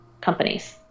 companies